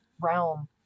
realm